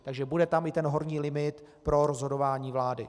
Takže bude tam i horní limit pro rozhodování vlády.